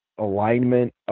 alignment